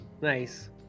nice